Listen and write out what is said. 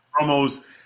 promos